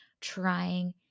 trying